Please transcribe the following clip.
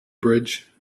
bridge